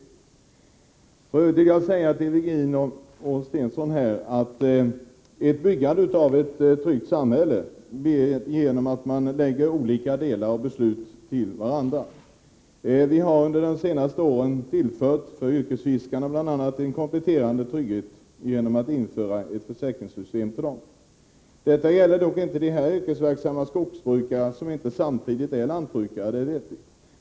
I övrigt vill jag säga till Jan-Eric Virgin och Börje Stensson att byggandet av ett tryggt samhälle sker genom att man lägger olika delar av beslut till varandra. Vi har under de senaste åren exempelvis tillfört yrkesfiskarna en kompletterande trygghet genom att införa ett försäkringssystem för dem. Något sådant har inte de yrkesverksamma skogsägare som inte samtidigt är lantbrukare — det vet vi.